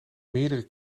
meerdere